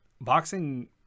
boxing